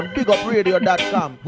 BigUpRadio.com